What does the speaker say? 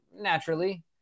naturally